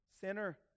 sinner